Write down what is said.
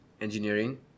Engineering